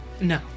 No